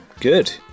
Good